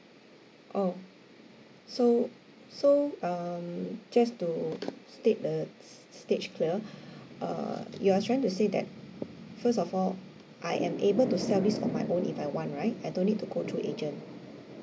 oh so so um just to state the s~ s~ stage clear err you are trying to say that first of all I am able to sell this on my own if I want right I don't need to go through agent